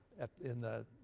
in the